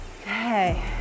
Okay